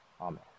Amen